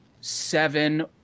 seven